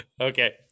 Okay